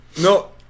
No